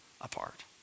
apart